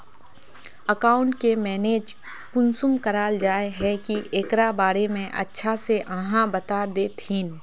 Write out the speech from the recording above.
Account के manage कुंसम कराल जाय है की एकरा बारे में अच्छा से आहाँ बता देतहिन?